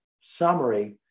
summary